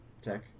Tech